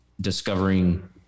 discovering